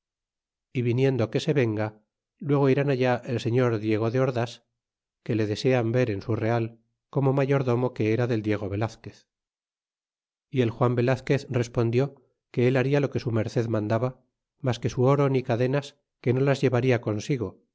y viniendo que se venga luego irán allá el señor diego de ordas que le desean ver en su real como mayordomo que era del diego velazquez y el juan velazquez respon dió que el baria lo que su merced mandaba mas que su oro ni cadenas que no las llevarla consigo